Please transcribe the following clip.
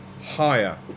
higher